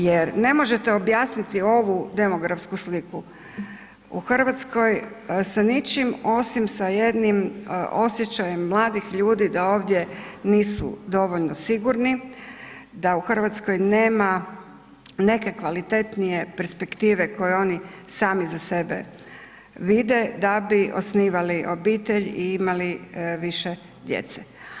Jer ne možete objasniti ovu demografsku sliku u Hrvatskoj sa ničim osim sa jednim osjećajem mladih ljudi da ovdje nisu dovoljno sigurno, da u Hrvatskoj nema neke kvalitetnije perspektive koju oni sami za sebe vide da bi osnivali obitelj i imali više djece.